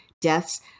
deaths